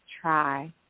try